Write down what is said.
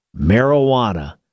marijuana